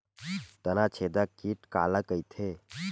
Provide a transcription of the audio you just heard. तनाछेदक कीट काला कइथे?